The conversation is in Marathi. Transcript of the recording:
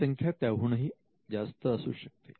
ही संख्या त्याहूनही जास्त असू शकते